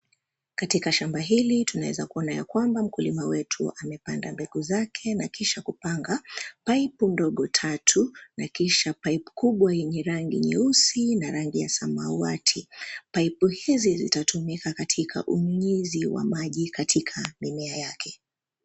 Katika shamba hili tunaeza kuona ya kwamba mkulima wetu amepanda mbegu zake na kisha kupanga, pipu ndogo tatu, na kisha pipe kubwa yenye rangi nyeusi na rangi ya samawati, pipu hizi zitatumika katika unyunyizi wa maji katika mimea yake.